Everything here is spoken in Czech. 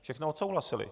Všechno odsouhlasili.